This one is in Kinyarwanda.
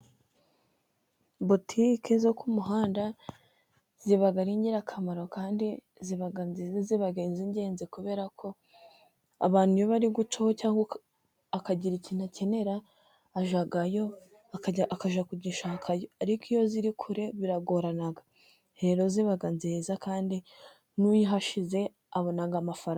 Botike zo ko umuhanda ziba ari ingirakamaro, kandi ziba nziza, ziba ingenzi kubera ko abantu bari gucaho cyangwa akagira ikintu akenera ajyayo akajya kugishaka yo, ariko iyo ziri kure biragorana, rero ziba nziza, kandi n'uyihashyize abona amafaranga.